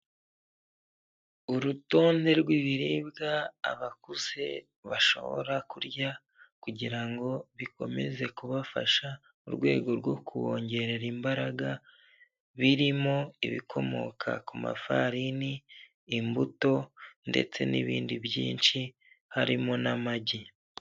Urutonde rw'ibiribwa abakuze bashobora kurya kugira ngo bikomeze kubafasha mu rwego rwo kubongerera imbaraga birimo ibikomoka ku mafarini, imbuto ndetse n'ibindi byinshi harimo n'amagi.